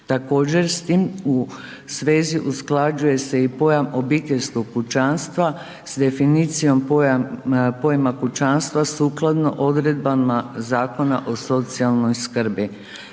Također s tim u svezi usklađuje se i pojam obiteljskog kućanstva s definicijom pojam, pojma kućanstva sukladno odredbama Zakona o socijalnoj skrbi.